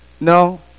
No